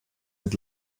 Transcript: mit